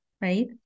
right